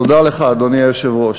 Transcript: תודה לך, אדוני היושב-ראש.